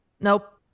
Nope